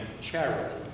charity